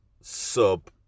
sub